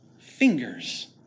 fingers